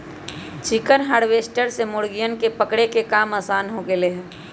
chicken harvester से मुर्गियन के पकड़े के काम आसान हो गैले है